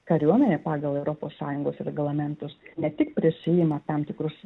kariuomenė pagal europos sąjungos reglamentus ne tik prisiima tam tikrus